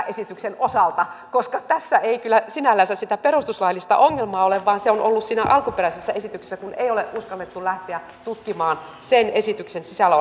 esityksen osalta koska tässä ei kyllä sinällänsä sitä perustuslaillista ongelmaa ole vaan se on ollut siinä alkuperäisessä esityksessä kun ei ole uskallettu lähteä tutkimaan sen esityksen sisällä